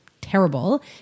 terrible